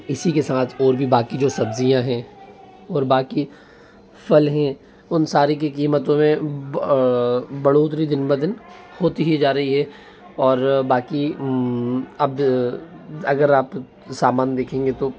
इसी के साथ और भी बाकी जो सब्ज़ियाँ हैं और बाकी फल हैं उन सारे की कीमतों में बढ़ोतरी दिन ब दिन होती ही जा रही है और बाकी अब अगर आप सामान देखेंगे तो